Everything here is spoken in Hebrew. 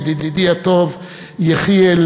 ידידי הטוב יחיאל,